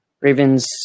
Ravens